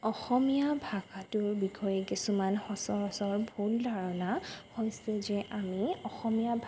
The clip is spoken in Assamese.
অসমীয়া ভাষাটোৰ বিষয়ে কিছুমান সচৰাচৰ ভুল ধাৰণা হৈছে যে আমি অসমীয়া